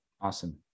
Awesome